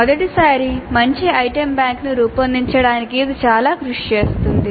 మొదటిసారి మంచి ఐటమ్ బ్యాంక్ను రూపొందించడానికి ఇది చాలా కృషి చేస్తుంది